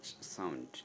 sound